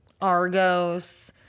Argos